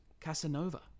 Casanova